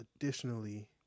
Additionally